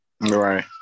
Right